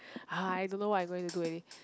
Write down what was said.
I don't know what I going to do already